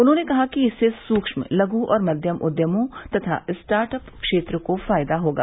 उन्होंने कहा कि इससे सूक्ष्म लघू और मध्यम उद्यमों तथा स्टार्टअप क्षेत्र को फायदा होगा